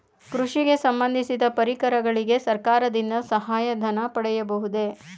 ಕೃಷಿಗೆ ಸಂಬಂದಿಸಿದ ಪರಿಕರಗಳಿಗೆ ಸರ್ಕಾರದಿಂದ ಸಹಾಯ ಧನ ಪಡೆಯಬಹುದೇ?